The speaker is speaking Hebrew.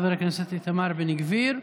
תודה, חבר הכנסת איתמר בן גביר.